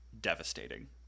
devastating